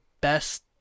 best